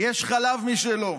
יש חלב משלו: